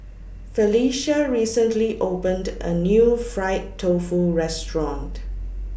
Felisha recently opened A New Fried Tofu Restaurant